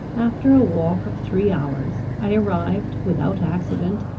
after a walk of three hours, i arrived, without accident,